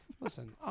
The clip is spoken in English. Listen